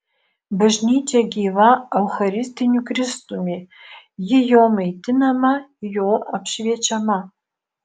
bažnyčia gyva eucharistiniu kristumi ji jo maitinama jo apšviečiama